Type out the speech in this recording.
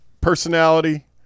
personality